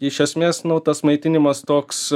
iš esmės nu tas maitinimas toks